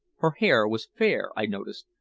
her hair was fair, i noticed,